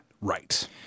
Right